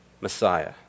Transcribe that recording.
Messiah